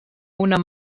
una